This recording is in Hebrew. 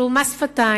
שהוא מס שפתיים.